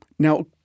Now